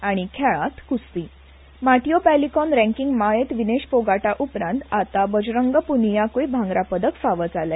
आनी खेळांत कुस्ती माटियो पैलीकोन रॅन्कींग माळेंत विनेश फोगाटाउप्रांत आता बजरंग प्नियाकूय भांगरा पदक फाव जाले